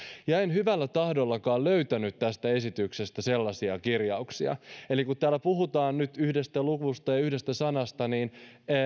hyvällä tahdollakaan löytänyt tästä esityksestä sellaisia kirjauksia eli kun täällä puhutaan nyt yhdestä luvusta ja yhdestä sanasta niin